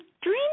Dream